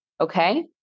Okay